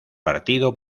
partido